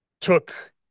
took